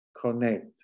connect